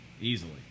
easily